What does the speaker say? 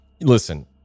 listen